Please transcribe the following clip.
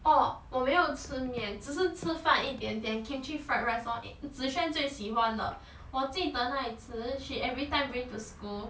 哦我没有吃面只是吃饭一点点 kimchi fried rice lor zi xuan 最喜欢的我记得那一次 she everytime bring to school